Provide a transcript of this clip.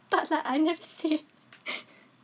tak lah I never say